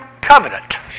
Covenant